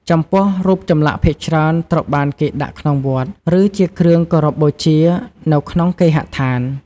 ចំពោះ រូបចម្លាក់ភាគច្រើនត្រូវបានគេដាក់ក្នុងវត្ត ឬជាគ្រឿងគោរពបូជានៅក្នុងគេហដ្ឋាន។